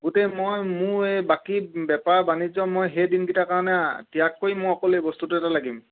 গোটেই মই মোৰ এই বাকী বেপাৰ বাণিজ্য মই সেই দিনকেইটা কাৰণে ত্যাগ কৰি মই অকলোৱে বস্তুটো এটা লাগিম